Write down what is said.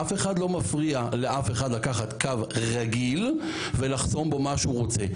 אף אחד לא מפריע לאף אחד לקחת קו רגיל ולחסום בו מה שהוא רוצה,